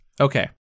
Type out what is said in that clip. Okay